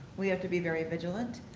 we have to be very vigilant.